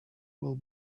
will